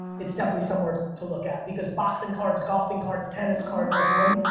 it's definitely somewhere to look at because boxing cards, golfing cards, tennis cards like when,